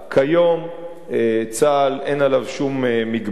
כיום, צה"ל, אין עליו שום הגבלות.